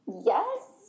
yes